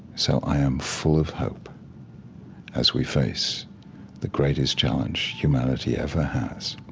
so i am full of hope as we face the greatest challenge humanity ever has